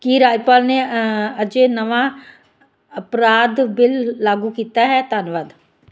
ਕੀ ਰਾਜਪਾਲ ਨੇ ਅਜੇ ਨਵਾਂ ਅਪਰਾਧ ਬਿੱਲ ਲਾਗੂ ਕੀਤਾ ਹੈ ਧੰਨਵਾਦ